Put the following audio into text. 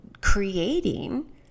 creating